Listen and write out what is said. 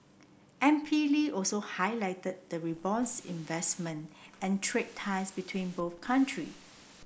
M P Lee also highlighted the robust investment and trade ties between both country